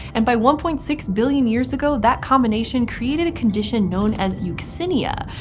and by one point six billion years ago that combination created a condition known as euxinia,